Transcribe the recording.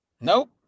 nope